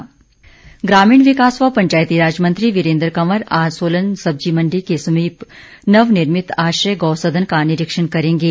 वीरेंद्र कंवर ग्रामीण विकास व पंचायती राज मंत्री वीरेंद्र कंवर आज सोलन सब्जी मंडी के समीप नवनिर्मित आश्रय गौ सदन का निरीक्षण करेंगे